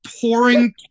pouring